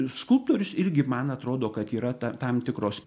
skulptorius irgi man atrodo kad yra ta tam tikros